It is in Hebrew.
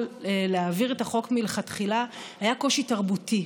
להעביר את החוק מלכתחילה היה קושי תרבותי.